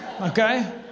Okay